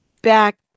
back